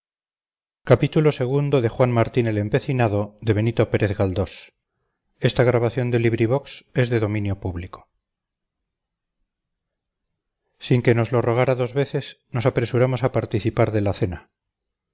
zaque sin que nos lo rogara dos veces nos apresuramos a participar de la cena